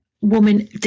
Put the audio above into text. woman